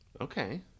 Okay